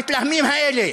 המתלהמים האלה,